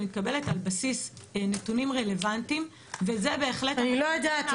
היא מתקבלת על בסיס נתונים רלוונטיים וזה בהחלט --- אני לא יודעת,